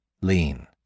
lean